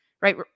right